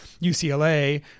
UCLA